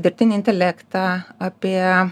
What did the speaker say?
dirbtinį intelektą apie